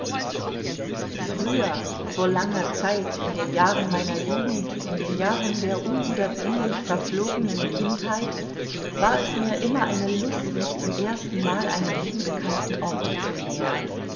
früher vor langer zeit in den jahren meiner jugend in den jahren der unwiederbringlich verflogenen kindheit war es mir immer eine lust mich zum erstenmal einem unbekannten orte zu nähern